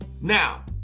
Now